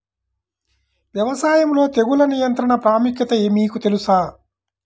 వ్యవసాయంలో తెగుళ్ల నియంత్రణ ప్రాముఖ్యత మీకు తెలుసా?